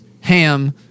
ham